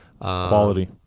quality